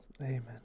Amen